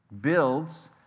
builds